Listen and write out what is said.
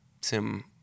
Tim